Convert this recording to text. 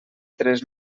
tres